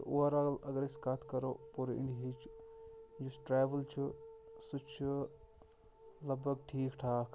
تہٕ اُوَر آل اگر أسۍ کَتھ کَرو پوٗرٕ اِنڈیٖہِچ یُس ٹرٛیوٕل چھُ سُہ چھُ لگ بگ ٹھیٖک ٹھاک